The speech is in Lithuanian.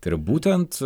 tai yra būtent